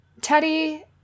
Teddy